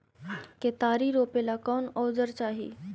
केतारी रोपेला कौन औजर चाही?